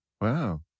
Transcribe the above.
Wow